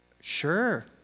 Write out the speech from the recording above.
Sure